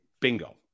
Bingo